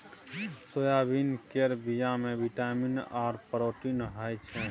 soybean केर बीया मे बिटामिन आर प्रोटीन होई छै